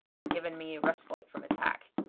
had given me a respite from attack,